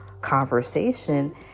conversation